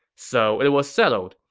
so it was settled.